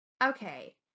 Okay